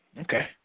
Okay